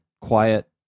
quiet